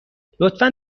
لطفا